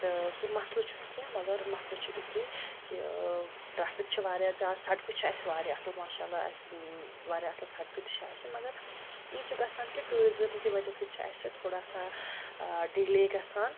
تہٕ سُہ مَسلہٕ چھُنہٕ کیٚنٛہہ مگر مَسلہٕ چھُ یُتُے کہِ ٲں ٹرٛیفِک چھُ واریاہ زیادٕ سَڑکہٕ چھِ اسہِ واریاہ اصٕل ماشاء اللہ اسہِ واریاہ اصٕل سَڑکہٕ تہِ چھِ اسہِ مگر یی چھُ گژھان کہِ ٹیٛوٗرِزٕم کہِ وَجہ سۭتۍ چھُ اسہِ تھوڑا سا ٲں ڈِلیے گژھان